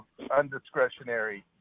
undiscretionary